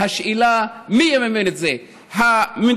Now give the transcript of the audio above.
השאלה היא מי יממן את זה, המדינה?